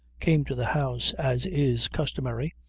came to the house, as is customary,